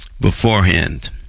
beforehand